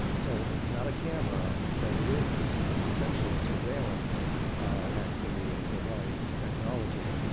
um so it's not a camera, but it is essentially a surveillance activity or device technology.